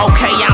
Okay